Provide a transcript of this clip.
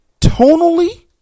Tonally